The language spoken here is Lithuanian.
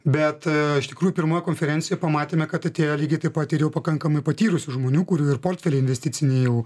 bet iš tikrųjų pirmoji konferencija pamatėme kad atėjo lygiai taip pat ir jau pakankamai patyrusių žmonių kurių ir portfelį investicinį jau